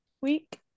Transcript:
week